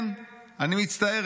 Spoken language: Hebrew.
כן, אני מצטערת.